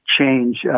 change